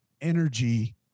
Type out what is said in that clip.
energy